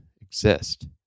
exist